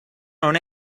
non